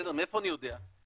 מאיפה אני יודע?